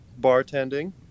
bartending